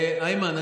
איימן,